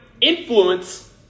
influence